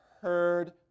heard